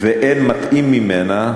ואין מתאים ממנה,